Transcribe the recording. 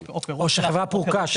למכירה לחברה יש